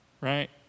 right